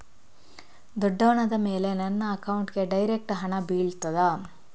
ದೊಡ್ಡವನಾದ ಮೇಲೆ ನನ್ನ ಅಕೌಂಟ್ಗೆ ಡೈರೆಕ್ಟ್ ಹಣ ಬೀಳ್ತದಾ?